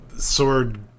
sword